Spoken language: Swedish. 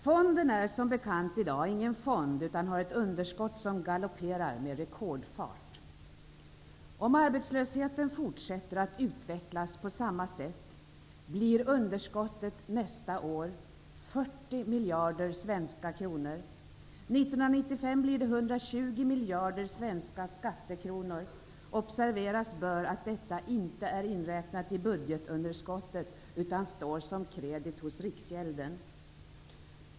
Fonden är som bekant i dag ingen fond utan har ett underskott som galopperar med rekordfart. Om arbetslösheten fortsätter att utvecklas på samma sätt, blir underskottet nästa år 40 miljarder svenska kronor. 1995 blir det 120 miljarder svenska skattekronor. Observeras bör att detta inte är inräknat i budgetunderskottet utan står som kredit hos Riksgälden.